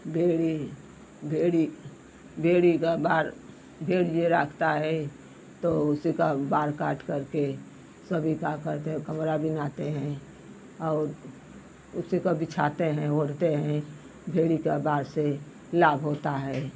भेड़ी भेड़ी भेड़ी घर बार भेड़ जे राखता है तो उसी का बार काट करके सभी का कहते हैं कबरा बिनाते हैं और उसी को बिछाते हैं ओढ़ते हैं भेड़ी का बार से लाभ होता है